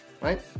right